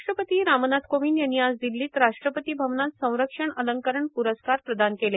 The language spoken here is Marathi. राष्ट्रपती रामनाथ कोविंद यांनी आज दिल्लीत राष्ट्रपती भवनात संरक्षण अलंकरण प्रस्कार प्रदान केले